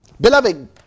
Beloved